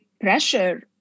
pressure